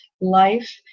life